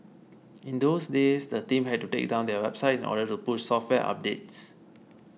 in those days the team had to take down their website in order to push software updates